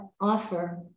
offer